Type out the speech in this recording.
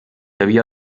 havia